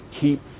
keep